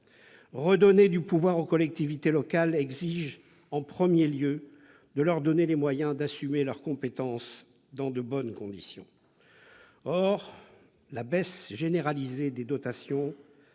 Redonner du pouvoir aux collectivités locales exige en premier lieu de leur donner les moyens d'assumer leurs compétences dans de bonnes conditions. Or la baisse généralisée des dotations